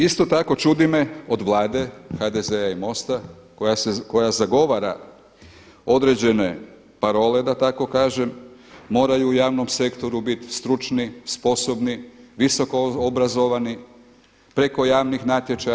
Isto tako ćudi me od Vlade HDZ-a i MOST-a koja zagovara određene parole da tako kažem moraju u javnom sektoru bit stručni, sposobni, visoko obrazovani preko javnih natječaja.